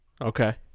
Okay